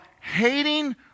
hating